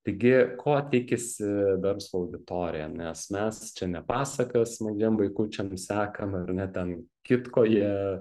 taigi ko tikisi verslo auditorija nes mes čia ne pasaką smagiem vaikučiam sekam ar ne ten kitko jie